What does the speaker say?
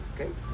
Okay